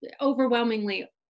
overwhelmingly